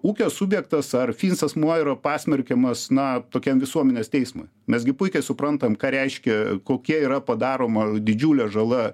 ūkio subjektas ar fizinis asmuo yra pasmerkiamas na tokiam visuomenės teismui mes gi puikiai suprantam ką reiškia kokia yra padaroma didžiulė žala